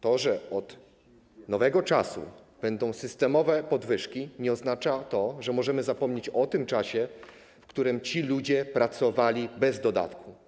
To, że od nowego czasu będą systemowe podwyżki, nie oznacza, że możemy zapomnieć o tym czasie, w którym ci ludzie pracowali bez dodatku.